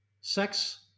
sex